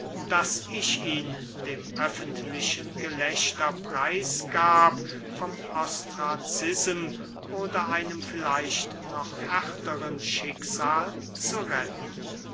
daß ich ihn dem öffentlichen gelächter preis gab vom ostracism oder einem vielleicht noch härtern schicksal zu retten